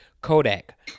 Kodak